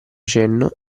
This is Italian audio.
cenno